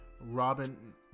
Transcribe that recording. Robin